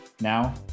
Now